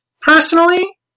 Personally